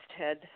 Ted